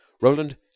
roland